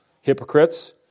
hypocrites